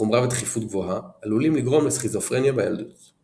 בחומרה ותכיפות גבוהה עלולים לגרום לסכיזופרניה בילדות .